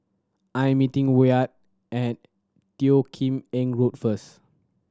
I'm meeting Wyatt at Teo Kim Eng Road first